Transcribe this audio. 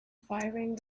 firing